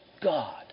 God